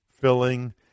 filling